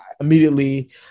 immediately